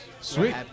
sweet